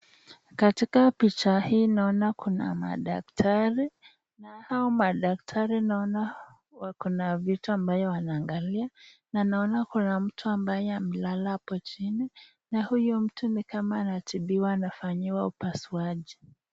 katika picha hii naona kuna madaktari, na hawa madaktari naona wako na vitu ambayo wanaangalia na naona kuna mtu ambaye amelala hapo chini na huyu mtu nikama anatibiwa anafanyiwa upaswaji.